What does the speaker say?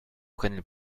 prennent